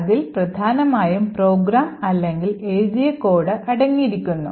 അതിൽ പ്രധാനമായും പ്രോഗ്രാം അല്ലെങ്കിൽ എഴുതിയ കോഡ് അടങ്ങിയിരിക്കുന്നു